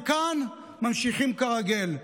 וכאן ממשיכים כרגיל,